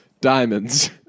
diamonds